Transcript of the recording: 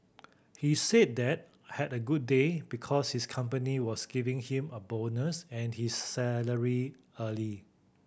he said that had a good day because his company was giving him a bonus and his salary early